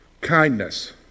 kindness